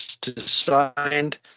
designed